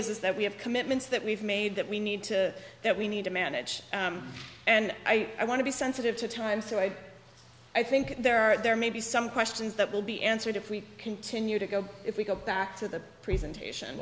is that we have commitments that we've made that we need to that we need to manage and i want to be sensitive to time so i i think there are there may be some questions that will be answered if we continue to go if we go back to the presentation